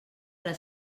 les